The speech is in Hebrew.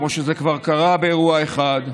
כמו שכבר קרה באירוע אחד.